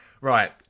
Right